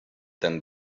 than